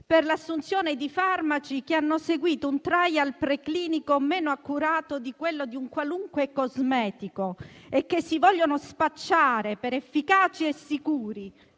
per l'assunzione di farmaci che hanno seguito un *trial* preclinico meno accurato di quello di un qualunque cosmetico e che si vogliono spacciare per efficaci e sicuri,